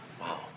Wow